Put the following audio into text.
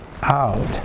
out